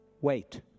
Wait